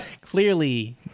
Clearly